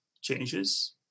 changes